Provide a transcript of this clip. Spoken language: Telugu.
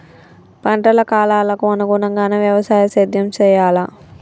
పంటల కాలాలకు అనుగుణంగానే వ్యవసాయ సేద్యం చెయ్యాలా?